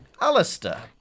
Alistair